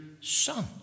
son